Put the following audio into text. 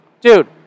Dude